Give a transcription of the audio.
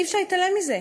אי-אפשר להתעלם מזה.